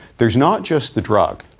there's not just the drug.